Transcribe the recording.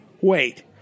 Wait